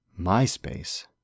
MySpace